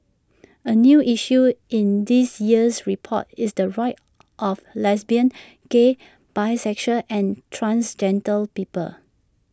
A new issue in this year's report is the rights of lesbian gay bisexual and transgender people